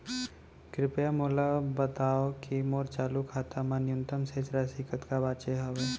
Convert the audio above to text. कृपया मोला बतावव की मोर चालू खाता मा न्यूनतम शेष राशि कतका बाचे हवे